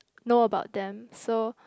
know about them so